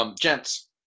Gents